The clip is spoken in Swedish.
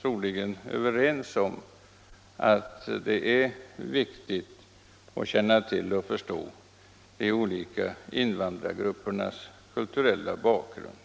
troligen överens om att det är viktigt att känna och förstå de olika invandrargruppernas kulturella bakgrund.